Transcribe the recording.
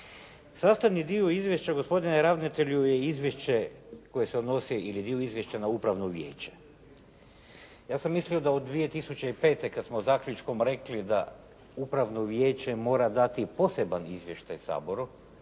Sastavni dio izvješća gospodine ravnatelju je izvješće koje se odnosi ili dio izvješća na u pravno vijeće. Ja sam mislio da od 2005. kada smo zaključkom rekli da upravno vijeće mora dati poseban izvještaj Saboru,